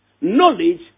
knowledge